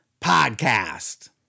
podcast